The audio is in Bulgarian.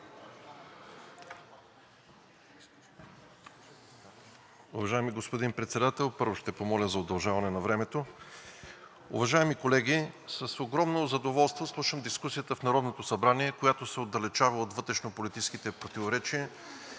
Уважаеми господин Председател, първо ще помоля за удължаване на времето. Уважаеми колеги, с огромно задоволство слушам дискусията в Народното събрание, която се отдалечава от вътрешнополитическите противоречия